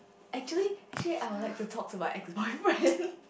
actually actually I would like to talk to my ex boyfriend